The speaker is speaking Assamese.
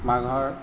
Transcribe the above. মাঘৰ